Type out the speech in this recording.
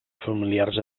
familiars